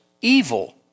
evil